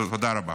תודה רבה.